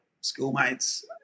schoolmates